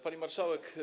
Pani Marszałek!